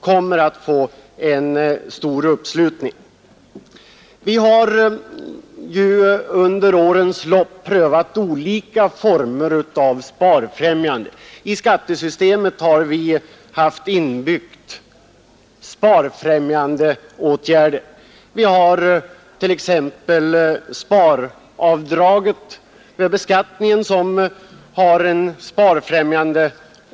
Under årens lopp har vi prövat olika former av sparfrämjande, och vi har i skattesystemet haft inbyggt sparfrämjande åtgärder t.ex. sparavdrag vid beskattningen, som syftar till ett ökat sparande.